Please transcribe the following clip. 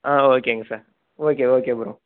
ஆ ஓகேங்க sir okay okay bro